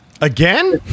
Again